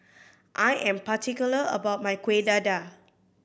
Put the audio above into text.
I am particular about my Kuih Dadar